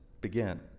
begin